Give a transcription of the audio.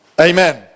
Amen